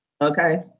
okay